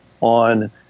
on